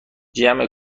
جمع